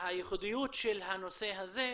והייחודיות של הנושא הזה,